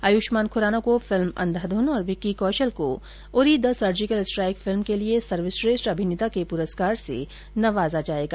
आयुष्मान खुराना को फिल्म अंधाधन और विक्की कौशल को Uri the surgical strike film के लिए सर्वश्रेष्ठ अभिनेता के प्रस्कार से नवाजा जाएगा